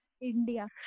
India